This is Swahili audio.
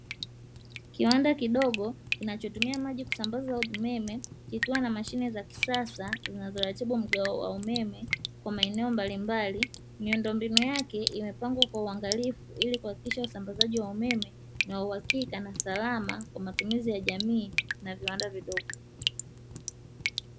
Kiwanda kidogo kinachotumia maji kusambaza umeme kikiwa na mashine za kisasa kinachoratibu mgao wa umeme kwa maeneo mbalimbali, miundo mbinu yake imepangwa kwa uangalifu ili kuhakikisha usambazaji wa umeme na uhakika na salama kwa matumizi ya jamii na viwanda vidogo.